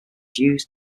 used